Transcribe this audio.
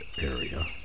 area